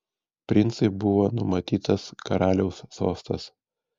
princui buvo numatytas karaliaus sostas